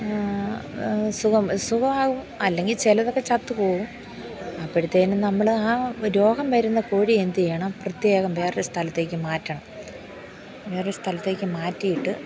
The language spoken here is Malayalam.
സുഖം സുഖമാവും അല്ലെങ്കിൽ ചിലതൊക്കെ ചത്തു പോവും അപ്പോൾ തന്നെ നമ്മൾ ആ രോഗം വരുന്ന കോഴിയെ എന്ത് ചെയ്യണം പ്രത്യേകം വേറൊരു സ്ഥലത്തേക്ക് മാറ്റണം വേറൊരു സ്ഥലത്തേക്ക് മാറ്റിയിട്ട്